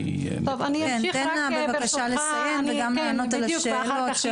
תן לה בבקשה לסיים וגם לענות על השאלות.